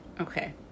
okay